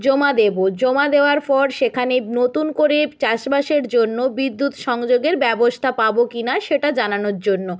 জমা দেবো জমা দেওয়ার পর সেখানে নতুন করে চাষবাসের জন্য বিদ্যুৎ সংযোগের ব্যবস্থা পাব কি না সেটা জানানোর জন্য